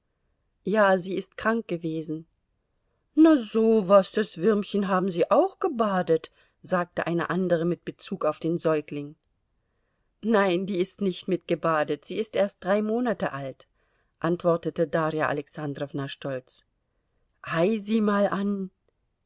ja sie ist krank gewesen na so was das würmchen haben sie auch gebadet sagte eine andere mit bezug auf den säugling nein die ist nicht mit gebadet sie ist erst drei monate alt antwortete darja alexandrowna stolz ei sieh mal an